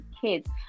kids